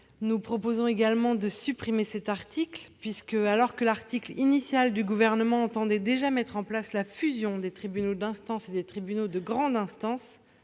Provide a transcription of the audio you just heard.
Nous proposons également la suppression de l'article 53. Dans sa version initiale, le Gouvernement entendait déjà mettre en place la fusion des tribunaux d'instance et des tribunaux de grande instance,